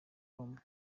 home